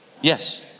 Yes